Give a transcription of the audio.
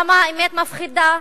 למה האמת מפחידה?